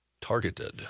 targeted